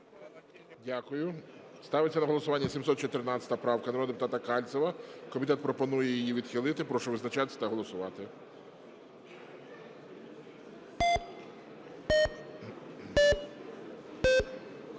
Дякую. Ставиться на голосування 714 народного депутата Кальцева. Комітет пропонує її відхилити. Прошу визначатись та голосувати.